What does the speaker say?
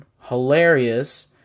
hilarious